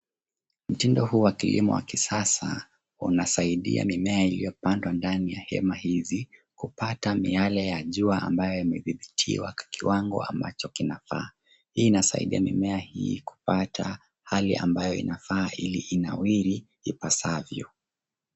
Mtindo huu wa kilimo wa kisasa unasaidia mimea iliyopandwa ndani ya hema hizi kupata miale ya jua ambayo yamedhibitiwa kwa kiwango ambacho kinafaa. Hii inasaidia mimea hii kupata hali ambayo inafaa ili inawiri ipasavyo.